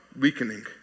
weakening